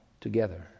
together